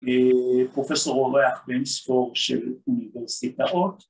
פרופסור אורח באין ספור אוניברסיטאות.